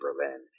Berlin